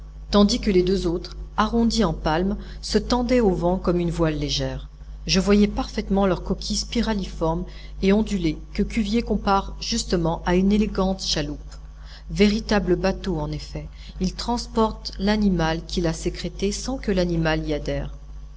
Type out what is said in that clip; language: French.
tandis que les deux autres arrondis en palmes se tendaient au vent comme une voile légère je voyais parfaitement leur coquille spiraliforme et ondulée que cuvier compare justement à une élégante chaloupe véritable bateau en effet il transporte l'animal qui l'a sécrété sans que l'animal y adhère